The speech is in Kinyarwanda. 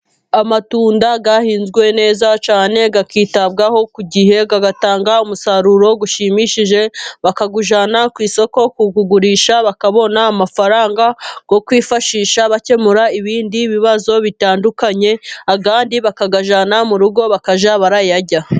Amatunda ahinzwe neza cyane, akitabwaho ku gihe agatanga umusaruro ushimishije, bakawujyana ku isoko kuwugurisha, bakabona amafaranga yo kwifashisha bakemura ibindi bibazo bitandukanye, ayandi bakayajyana mu rugo bakajya barayarya.